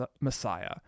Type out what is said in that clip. Messiah